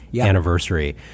anniversary